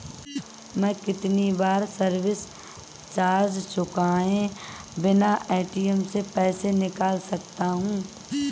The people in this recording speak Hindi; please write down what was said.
मैं कितनी बार सर्विस चार्ज चुकाए बिना ए.टी.एम से पैसे निकाल सकता हूं?